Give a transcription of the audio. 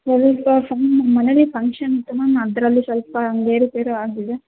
ಸ್ವಲ್ಪ ಮನೇಲ್ಲಿ ಫಂಕ್ಷನ್ ಇತ್ತು ಮ್ಯಾಮ್ ಅದರಲ್ಲಿ ಸ್ವಲ್ಪ ಏರು ಪೇರು ಆಗಿದೆ